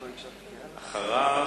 ואחריו?